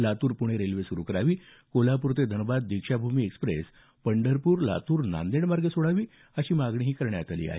Latur Pune railway सुरु करावी कोल्हापूर ते धनबाद दीक्षाभूमी एक्स्प्रेस पंढरपूर लातूर नांदेड मार्गे सोडावी अशी मागणीही करण्यात आली आहे